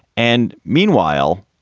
and meanwhile,